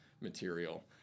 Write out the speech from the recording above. material